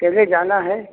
पहले जाना है